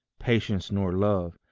patience nor love,